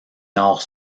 nord